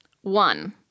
One